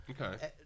okay